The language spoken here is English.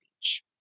beach